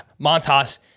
Montas